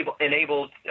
enabled